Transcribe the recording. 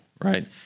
right